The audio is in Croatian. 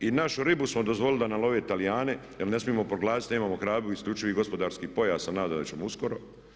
I našu ribu smo dozvolili da nam love Talijani jer ne smijemo proglasiti, nemamo hrabrosti isključivi gospodarski pojas a nadam se da ćemo uskoro.